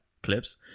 clips